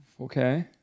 Okay